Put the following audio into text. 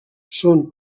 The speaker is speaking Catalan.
són